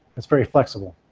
it's very flexible